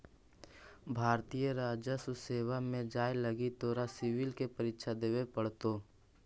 भारतीय राजस्व सेवा में जाए लगी तोरा सिवल के परीक्षा देवे पड़तो